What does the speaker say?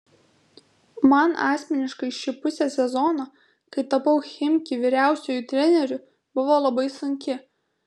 man asmeniškai ši pusė sezono kai tapau chimki vyriausiuoju treneriu buvo labai sunki